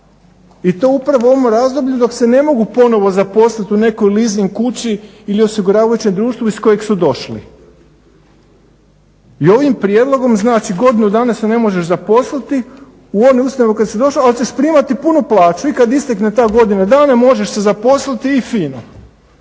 i to upravo u ovom razdoblju dok se ne mogu ponovno zaposliti u nekoj lizing kući ili osiguravajućem društvu iz kojeg su došli. I ovim prijedlogom znači godinu dana se ne možeš zaposliti u onoj ustanovi u koju se došao ali ćeš primati punu plaću. I kada istekne ta godina dana možeš se zaposliti i fino.